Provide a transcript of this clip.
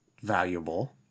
valuable